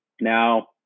Now